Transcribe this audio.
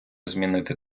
змінити